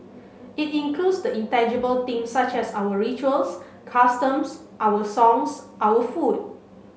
it includes the intangible thing such as our rituals customs our songs our food